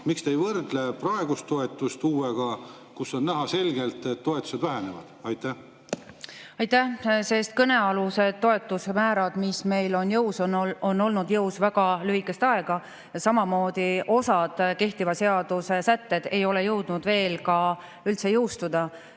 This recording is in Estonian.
Miks te ei võrdle praegust toetust uuega, kus on näha selgelt, et toetused vähenevad? Aitäh! Sest kõnealused toetuse määrad, mis meil on jõus, on olnud jõus väga lühikest aega ja osa kehtiva seaduse sätteid ei ole jõudnud veel üldse jõustuda.